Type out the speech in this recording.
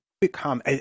become